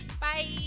Bye